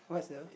what's the